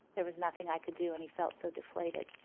there was nothing i could do. and he felt so deflated.